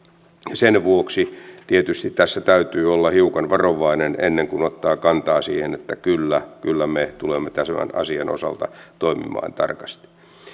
sen vuoksi tietysti tässä täytyy olla hiukan varovainen ennen kuin ottaa kantaa niin että kyllä kyllä me tulemme tämän asian osalta toimimaan tarkasti